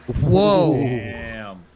Whoa